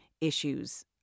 issues